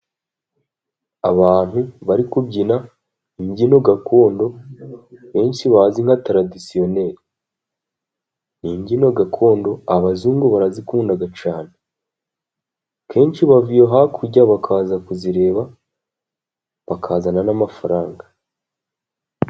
Abantu bari kubyina imbyino gakondo benshi bazi nka taradisiyoneri ,ni imbyino gakondo abazungu barazikunda cyane ,kenshi bava iyo hakurya bakaza kuzireba bakazana n'amafaranga.